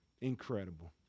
incredible